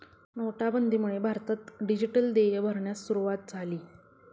नोटाबंदीमुळे भारतात डिजिटल देय भरण्यास सुरूवात झाली